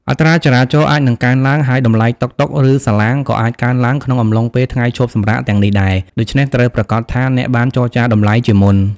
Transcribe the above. អត្រាចរាចរណ៍អាចនឹងកើនឡើង ហើយតម្លៃតុក តុក ឬសាឡាងក៏អាចកើនឡើងក្នុងអំឡុងពេលថ្ងៃឈប់សម្រាកទាំងនេះដែរ ដូច្នេះត្រូវប្រាកដថាអ្នកបានចរចាតម្លៃជាមុន។